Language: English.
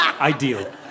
ideal